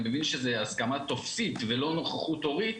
מבין שזאת הסכמה טופסית ולא נוכחות הורית.